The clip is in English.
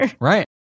Right